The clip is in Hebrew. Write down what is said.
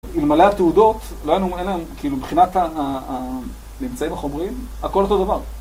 אלמלא התעודות, כאילו מבחינת האמצעים החומריים, הכל אותו דבר.